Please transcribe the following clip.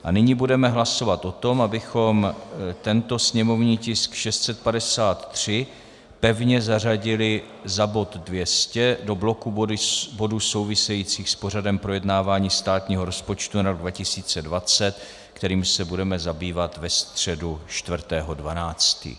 A nyní budeme hlasovat o tom, abychom tento sněmovní tisk 653 pevně zařadili za bod 200 do bloku bodů souvisejících s pořadem projednávání státního rozpočtu na rok 2020, kterým se budeme zabývat ve středu 4. 12.